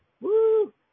Woo